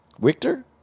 Victor